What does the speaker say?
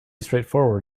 straightforward